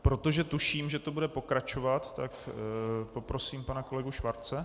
Protože tuším, že to bude pokračovat, tak poprosím pana kolegu Schwarze.